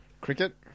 Cricket